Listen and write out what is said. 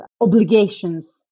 obligations